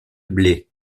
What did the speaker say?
blé